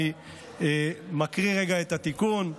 אני מקריא את התיקון: